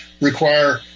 require